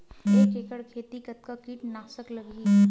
एक एकड़ खेती कतका किट नाशक लगही?